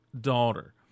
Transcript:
daughter